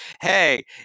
hey